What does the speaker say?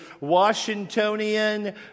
Washingtonian